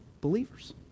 believers